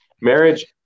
Marriage